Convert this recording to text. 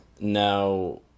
Now